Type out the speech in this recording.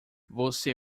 você